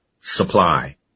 supply